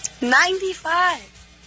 Ninety-five